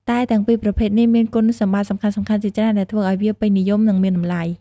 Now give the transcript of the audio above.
តែទាំងពីរប្រភេទនេះមានគុណសម្បត្តិសំខាន់ៗជាច្រើនដែលធ្វើឱ្យវាពេញនិយម និងមានតម្លៃ។